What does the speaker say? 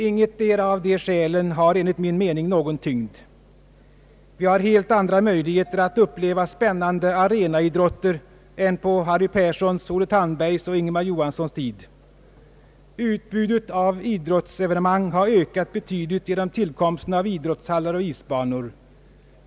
Ingetdera av dessa skäl har enligt min mening någon tyngd. Vi har nu helt andra möjligheter att uppleva spännande arenaidrotter än på Harry Perssons, Olle Tandbergs och Ingemar Johanssons tid. Utbudet av idrottsevenemang har ökat betydligt genom tillkomsten av idrottshallar och isbanor.